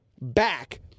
back